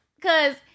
cause